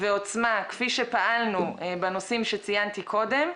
ועוצמה כפי שפעלנו בנושאים שציינתי קודם,